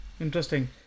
Interesting